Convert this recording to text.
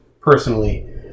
personally